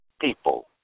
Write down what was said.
people